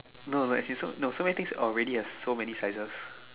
no like as in so no so many things already have so many sizes